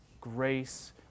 grace